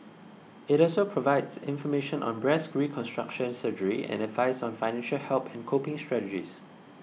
it also provides information on breast reconstruction surgery and advice on financial help and coping strategies